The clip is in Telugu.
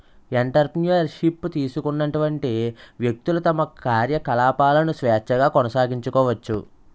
ఎంటర్ప్రెన్యూర్ షిప్ తీసుకున్నటువంటి వ్యక్తులు తమ కార్యకలాపాలను స్వేచ్ఛగా కొనసాగించుకోవచ్చు